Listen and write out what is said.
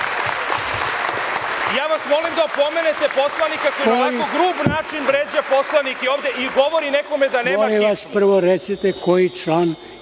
Ja vas molim da opomenete poslanika koji na ovako grub način vređa poslanike ovde i govori nekome… **Dragoljub